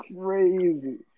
crazy